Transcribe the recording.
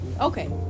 Okay